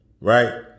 right